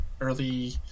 early